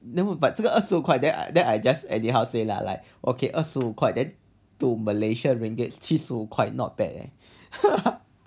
then but 这个二十五块 then I just anyhow say lah like okay 二十五块 that to malaysia ringgit 七十五块 is not bad leh